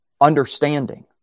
understanding